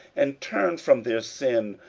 and turn from their sin,